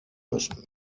müssen